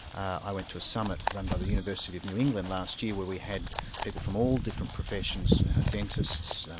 i went to a summit run by the university of new england last year where we had people from all different professions dentists,